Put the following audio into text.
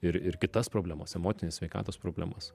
ir ir kitas problemas emocines sveikatos problemas